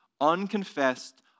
Unconfessed